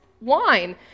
wine